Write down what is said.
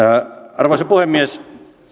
arvoisa puhemies